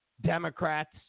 Democrats